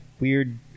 weird